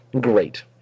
great